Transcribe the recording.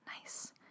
nice